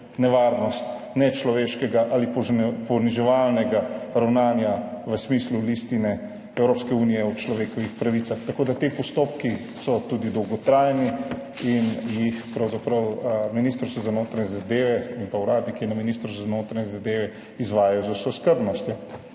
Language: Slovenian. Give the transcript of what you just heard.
nevarnost nečloveškega ali poniževalnega ravnanja v smislu Listine Evropske unije o človekovih pravicah. Tako da so ti postopki tudi dolgotrajni in jih pravzaprav Ministrstvo za notranje zadeve in uradniki na Ministrstvu za notranje zadeve izvajajo z vso skrbnostjo.